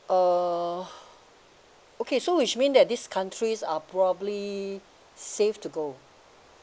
uh okay so which mean that these countries are probably safe to go